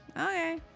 okay